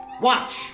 Watch